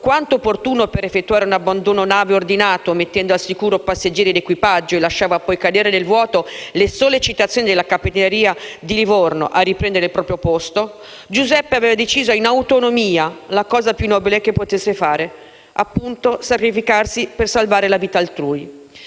quanto opportuno per effettuare un abbandono nave ordinato, mettendo al sicuro passeggeri ed equipaggio, e lasciava poi cadere nel vuoto le sollecitazioni della Capitaneria di Livorno a riprendere il proprio posto, Giuseppe aveva deciso in autonomia la cosa più nobile che potesse fare: sacrificarsi per salvare la vita altrui.